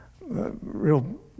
real